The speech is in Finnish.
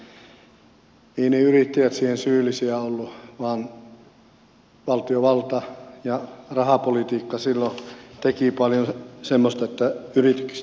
eivät ne yrittäjät siihen syyllisiä olleet vaan valtiovalta ja rahapolitiikka silloin teki paljon semmoista että yritykset menivät nurin